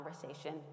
conversation